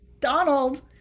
Donald